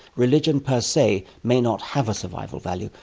religion per se may not have a survival value,